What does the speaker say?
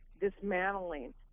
dismantling